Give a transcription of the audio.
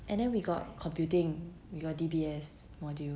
and then we got computing we got D_B_S module